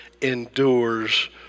endures